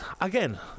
again